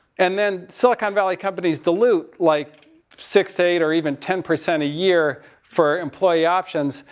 and then, silicon valley companies dilute, like six to eight or even ten percent a year for employee options.